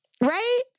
right